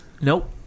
nope